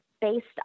based